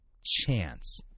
chance